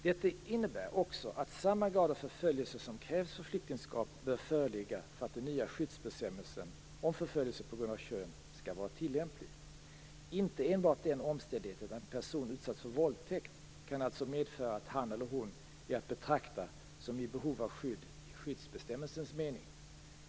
Detta innebär också att samma grad av förföljelse som krävs för flyktingskap bör föreligga för att den nya skyddsbestämmelsen, om förföljelse på grund av kön, skall vara tillämplig. Inte enbart den omständigheten att en person utsatts för våldtäkt kan alltså medföra att han eller hon är att betrakta som i behov av skydd i skyddsbestämmelsens mening.